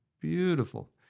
Beautiful